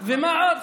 ומה עוד?